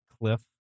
cliff